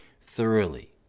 thoroughly